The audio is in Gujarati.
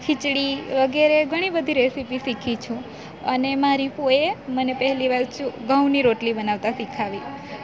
ખીચડી વગેરે ઘણી બધી રેસિપી શીખી છું અને મારી ફોઈએ મને પહેલી વાર મને ચો ઘઉંની રોટલી બનાવતા શીખવાડી